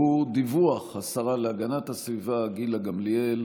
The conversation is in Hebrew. דיווח השרה להגנת הסביבה גילה גמליאל